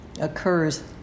occurs